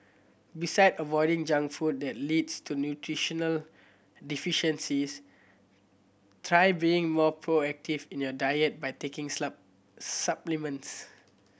beside avoiding junk food that leads to nutritional deficiencies try being more proactive in your diet by taking supplements